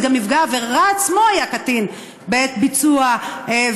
גם נפגע העבירה עצמו היה קטין בעת ביצוע העבירה,